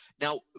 now